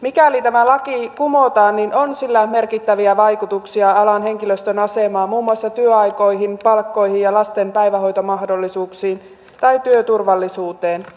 mikäli tämä laki kumotaan on sillä merkittäviä vaikutuksia alan henkilöstön asemaan muun muassa työaikoihin palkkoihin lasten päivähoitomahdollisuuksiin ja työturvallisuuteen